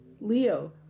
Leo